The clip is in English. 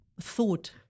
thought